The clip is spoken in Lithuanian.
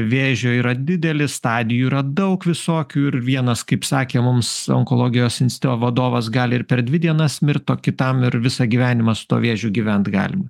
vėžio yra didelis stadijų yra daug visokių ir vienas kaip sakė mums onkologijos instituto vadovas gali ir per dvi dienas mirt o kitam ir visą gyvenimą su tuo vėžiu gyvent galim